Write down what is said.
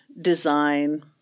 design